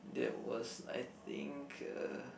that was I think uh